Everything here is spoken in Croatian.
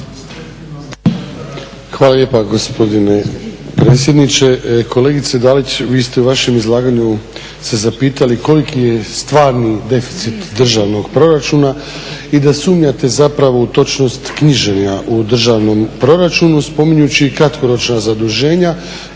Hvala lijepa gospodine predsjedniče. Kolegice Dalić vi ste u vašem izlaganju se zapitali koliki je stvarni deficit državnog proračuna i da sumnjate zapravo u točnost knjiženja u državnom proračunu spominjući kratkoročna zaduženja.